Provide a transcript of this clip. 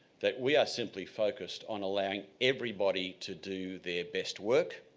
that we are simply focused on allowing everybody to do their best work